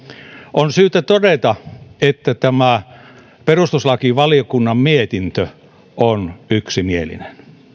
on syytä todeta että tämä perustuslakivaliokunnan mietintö on yksimielinen